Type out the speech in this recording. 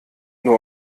nur